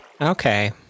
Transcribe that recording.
Okay